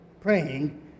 praying